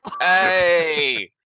Hey